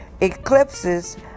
eclipses